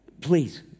please